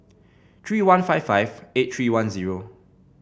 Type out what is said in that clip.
three one five five eight three one zero